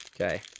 Okay